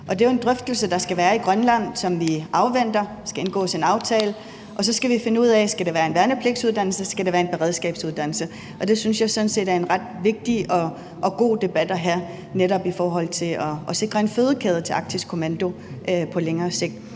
det er jo en drøftelse, der skal være i Grønland, som vi afventer. Der skal indgås en aftale, og så skal vi finde ud af, om det skal være en værnepligtsuddannelse, om det skal være en beredskabsuddannelse, og det synes jeg sådan set er en ret vigtig og god debat at have netop i forhold til at sikre en fødekæde til Arktisk Kommando på længere sigt.